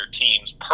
teams